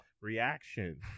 reaction